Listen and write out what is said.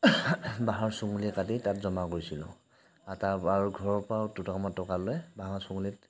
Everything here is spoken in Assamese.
বাঁহৰ চুঙুলি কাটি তাত জমা কৰিছিলোঁ আৰু তাৰ ঘৰৰ পৰাও দুটকামান টকা লৈ বাঁহৰ চুঙলিত